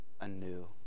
anew